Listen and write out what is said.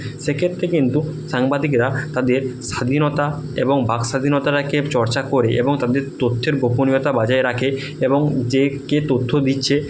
সেক্ষেত্রে কিন্তু সাংবাদিকরা তাদের স্বাধীনতা এবং বাক স্বাধীনতাটাকে চর্চা করে এবং তাদের তথ্যের গোপনীয়তা বজায় রাখে এবং যে কে তথ্য দিচ্ছে